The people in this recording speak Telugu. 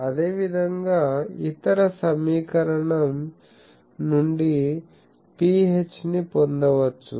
అదేవిధంగా ఇతర సమీకరణం నుండి Ph ని పొందవచ్చు